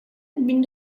bin